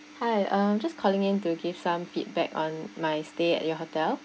hi uh just calling in to give some feedback on my stay at your hotel